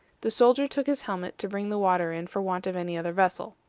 the soldier took his helmet to bring the water in for want of any other vessel.